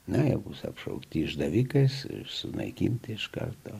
naivūs apšaukti išdavikais ir sunaikinti iš karto